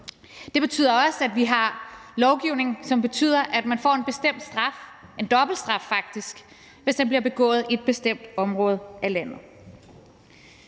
Det betyder også, at vi har lovgivning, som betyder, at man får en bestemt straf, faktisk en dobbeltstraf, hvis det bliver begået i et bestemt område af landet.